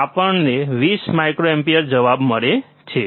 આપણને 20 માઇક્રોએમ્પીયર જવાબ મળે છે